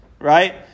right